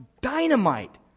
dynamite